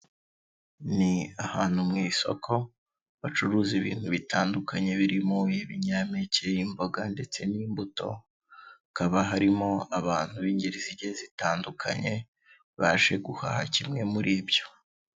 Ni ahantu mu isoko bacuruza ibintu bitandukanye birimo ibinyampeke, imboga ndetse n'imbuto, hakaba harimo abantu b'ingeri zigiye zitandukanye baje guhaha kimwe muri ibyo.